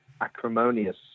acrimonious